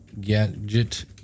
gadget